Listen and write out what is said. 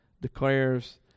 declares